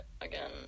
again